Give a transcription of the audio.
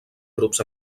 grups